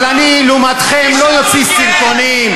אבל אני לעומתכם לא אוציא סרטונים.